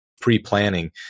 pre-planning